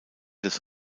des